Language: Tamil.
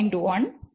1 என்பவைகளாகும்